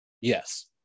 Yes